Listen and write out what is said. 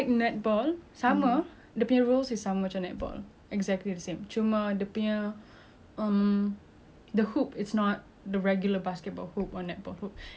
exactly the same cuma dia punya um the hoop is not the regular basketball hoop or netball hoop it's a trampoline like a vertical trampoline you have to throw it